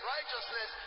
Righteousness